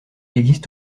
existe